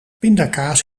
pindakaas